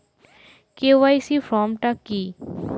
KYC form টা কি?